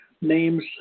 names